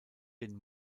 den